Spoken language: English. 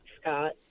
Scott